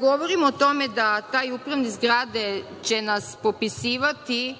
govorimo o tome da taj upravnik zgrade će nas popisivati,